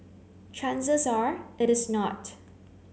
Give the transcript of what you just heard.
chances are it is not